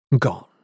Gone